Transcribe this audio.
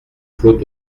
clos